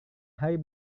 hari